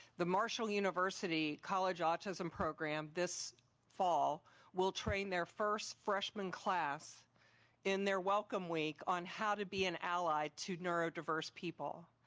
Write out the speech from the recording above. the marshall university college autism program this fall will train their first freshman class in their welcome week on how to be an ally to neurodiverse people.